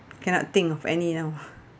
cannot think of any now